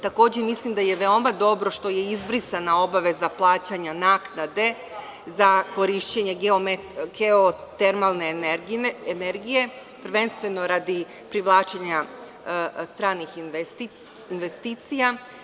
Takođe mislim da je veoma dobro što je izbrisana obaveza plaćanja naknade za korišćenje geotermalne energije, prvenstveno radi privlačenja stranih investicija.